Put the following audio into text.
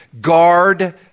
Guard